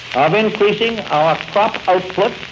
um increasing ah ah crop output